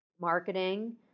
marketing